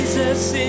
Jesus